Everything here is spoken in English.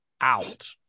out